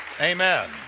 Amen